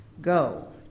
Go